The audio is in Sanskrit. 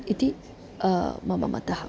इति मम मतः